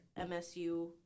MSU